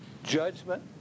judgment